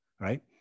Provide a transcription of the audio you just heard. right